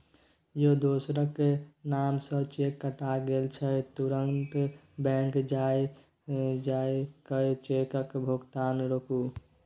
यौ दोसरक नाम सँ चेक कटा गेल छै तुरते बैंक जाए कय चेकक भोगतान रोकु